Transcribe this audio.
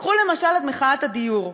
קחו, למשל, את מחאת הדיור,